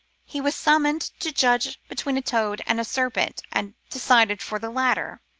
he was summoned to judge between a toad and a serpent, and decided for the latter.